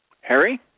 Harry